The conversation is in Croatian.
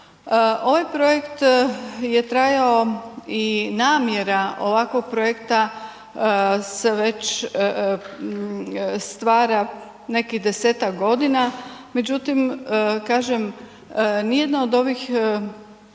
Ovaj projekt je trajao i namjera ovakvog projekta se veće stvara nekih 10-ak godina međutim kažem, nijedna od ovih